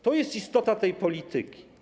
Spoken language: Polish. To jest istota tej polityki.